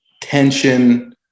tension